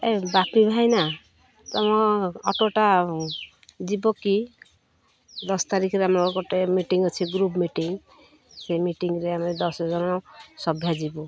ଏ ବାପି ଭାଇନା ତୁମ ଅଟୋଟା ଯିବ କି ଦଶ ତାରିଖରେ ଆମର ଗୋଟେ ମିଟିଂ ଅଛି ଗ୍ରୁପ୍ ମିଟିଂ ସେଇ ମିଟିଂରେ ଆମେ ଦଶଜଣ ସଭା ଯିବୁ